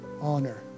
honor